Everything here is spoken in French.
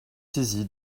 saisi